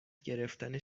گرفتن